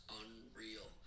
unreal